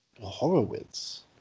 horowitz